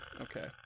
okay